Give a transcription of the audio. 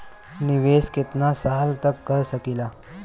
निवेश कितना साल तक कर सकीला?